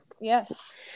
Yes